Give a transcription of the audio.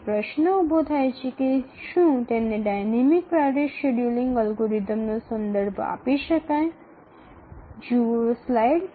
সুতরাং প্রশ্নটি উত্থাপিত হয় এটিকে গতিশীল অগ্রাধিকারের সময়সূচী অ্যালগরিদম হিসাবে উল্লেখ করা যায়